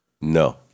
No